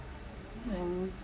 mm